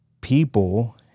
people